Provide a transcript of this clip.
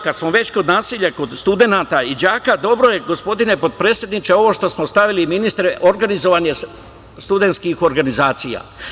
Kad smo već kod nasilja kod studenata i đaka, dobro je, gospodine potpredsedniče, ovo što smo stavili, ministre, organizovanje studentskih organizacija.